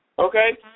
Okay